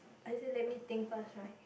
I say let me think first right